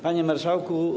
Panie Marszałku!